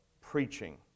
preaching